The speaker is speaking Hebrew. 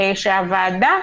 אני רוצה שהוועדה